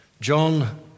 John